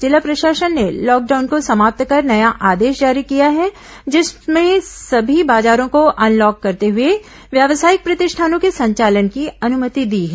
जिला प्रशासन ने लॉकडाउन को समाप्त कर नया आदेश जारी किया है जिसमें सभी बाजारों को अनलॉक करते हुए व्यावसायिक प्रतिष्ठानों के संचालन की अनुमति दी है